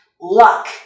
Luck